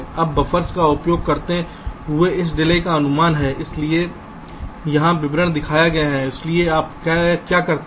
अब बफ़र्स का उपयोग करते हुए यह डिले का अनुमान है इसलिए यहां विवरण दिखाए गए हैं इसलिए आप क्या करते हैं